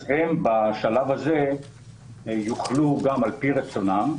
הם בשלב הזה יוכלו, על פי רצונם,